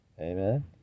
Amen